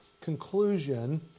conclusion